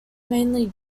mainly